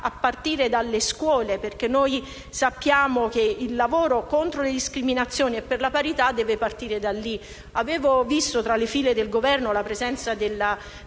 a partire dalle scuole, perché sappiamo che la lotta contro le discriminazioni e per la parità deve partire da lì. Avevo notato tra le file del Governo la presenza della